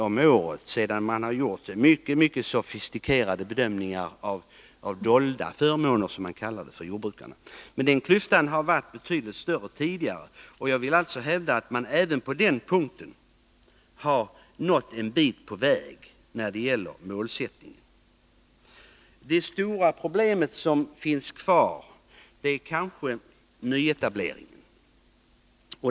om året sedan man har gjort mycket sofistikerade bedömningar av jordbrukarnas, som man kallar det, dolda förmåner. Men denna klyfta har varit betydligt större tidigare. Jag vill alltså hävda att man även på denna punkt har nått en bit på väg när det gäller jämlikhetsmålsättningen. Det stora problem som nu finns kvar är kanske nyetableringen.